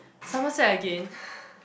Somerset again